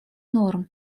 норм